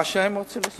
מה שהם רוצים לעשות.